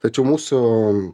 tačiau mūsų